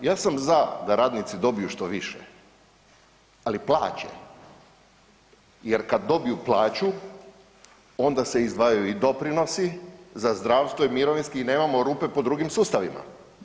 Ja sam za da radnici dobiju što više, ali plaće, jer kad dobiju plaću onda se izdvajaju i doprinosi za zdravstvo i mirovinsko i nemamo rupe po drugim sustavima.